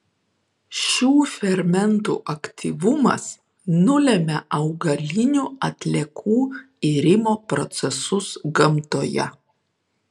šių fermentų aktyvumas nulemia augalinių atliekų irimo procesus gamtoje